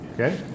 okay